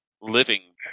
living